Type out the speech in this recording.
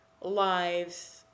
lives